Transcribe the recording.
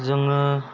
जोङो